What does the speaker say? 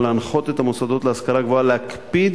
להנחות את המוסדות להשכלה גבוהה להקפיד,